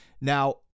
Now